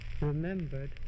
Remembered